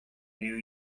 new